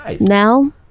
Now